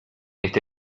este